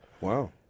Wow